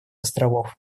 островов